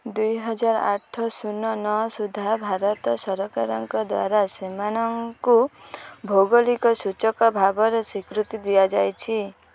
ଦୁଇହଜାର ଆଠ ଶୂନ ନଅ ସୁଦ୍ଧା ଭାରତ ସରକାରଙ୍କ ଦ୍ୱାରା ସେମାନଙ୍କୁ ଭୌଗୋଳିକ ସୂଚକ ଭାବରେ ସ୍ୱୀକୃତି ଦିଆଯାଇଛି